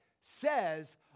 says